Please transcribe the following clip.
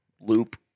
loop